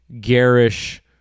garish